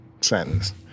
sentence